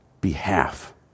behalf